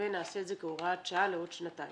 ונעשה את זה בהוראת שעה לעוד שנתיים.